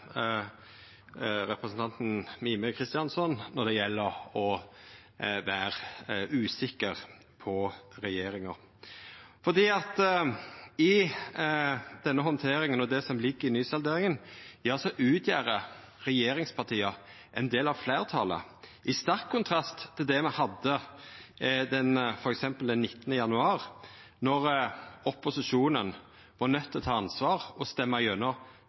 representanten Mímir Kristjánsson når det gjeld å vere usikker på regjeringa. I denne handteringa og det som ligg i nysalderinga, utgjer regjeringspartia ein del av fleirtalet. Det står i sterk kontrast til den situasjonen me hadde f.eks. den 19. januar, då opposisjonen var nøydde til å ta ansvar og stemma gjennom